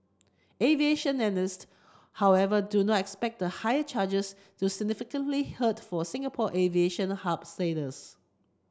aviation analyst however do not expect the higher charges to significantly hurt for Singapore aviation hub status